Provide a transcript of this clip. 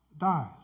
dies